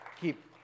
Keep